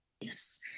Yes